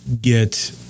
get